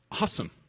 awesome